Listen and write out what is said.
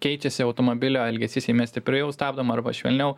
keičiasi automobilio elgesys jei mes stipriau stabdom arba švelniau